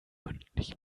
mündlich